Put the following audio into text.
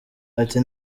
ati